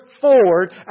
forward